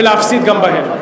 ולהפסיד גם בהן.